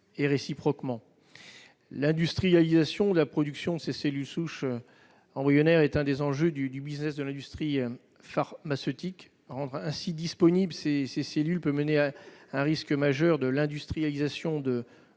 voire l'industrialisation de la production de ces cellules souches embryonnaires est l'un des enjeux du business de l'industrie pharmaceutique. Rendre ainsi disponibles ces cellules peut susciter un risque majeur d'industrialisation de